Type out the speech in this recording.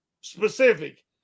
specific